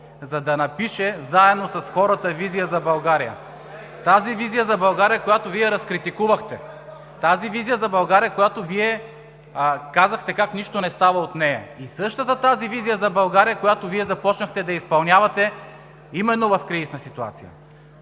за да напише заедно с хората „Визия за България“. Тази „Визия за България“, която Вие разкритикувахте. Тази „Визия за България“, за която Вие казахте как нищо не става от нея, и същата тази „Визия за България“, която Вие започнахте да изпълнявате именно в кризисна ситуация